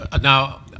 now